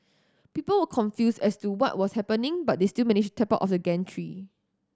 people were confused as to what was happening but they still managed tap out of the gantry